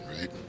right